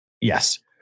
Yes